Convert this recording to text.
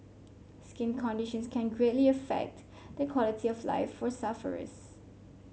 skin conditions can greatly affect the quality of life for sufferers